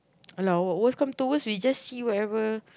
alah worst come to worse we just see whatever